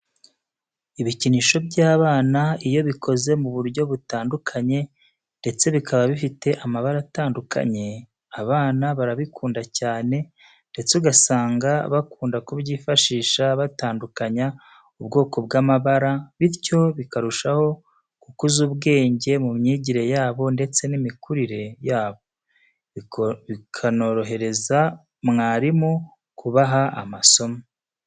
Ibikinisho by'abana iyo bikoze mu buryo butandukanye ndetse bikaba bifite amabara atandukanye, abana barabikunda cyane ndetse ugasanga bakunda kubyifashisha batandukanya ubwoko bw'amabara bityo bakarushaho gukuza ubwenge mu myigire yabo ndetse n'imikurire yabo, bikanorohereza mwarimu kubaha amasomo.